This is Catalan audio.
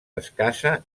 escassa